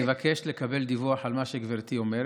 אני אבקש לקבל דיווח על מה שגברתי אומרת.